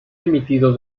emitido